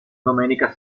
domenica